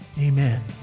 Amen